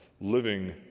living